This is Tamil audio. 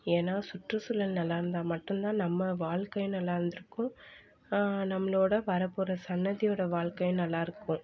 ஏன்னா சுற்றுசூழல் நல்லா இருந்தால் மட்டும் தான் நம்ம வாழ்க்கை நல்லா இருந்திருக்கும் நம்மளோட வரப்போகிற சன்னதியோட வாழ்க்கையும் நல்லா இருக்கும்